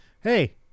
Hey